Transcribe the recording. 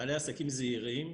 בעלי עסקים זעירים,